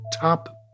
top